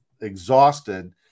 exhausted